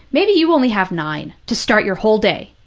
maybe you only have nine to start your whole day.